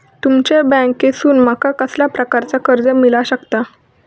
तुमच्या बँकेसून माका कसल्या प्रकारचा कर्ज मिला शकता?